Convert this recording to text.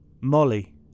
Molly